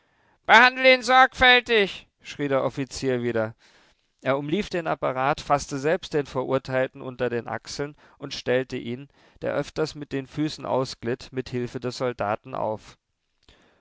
behandle ihn sorgfältig schrie der offizier wieder er umlief den apparat faßte selbst den verurteilten unter den achseln und stellte ihn der öfters mit den füßen ausglitt mit hilfe des soldaten auf